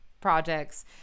projects